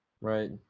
right